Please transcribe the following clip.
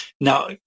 Now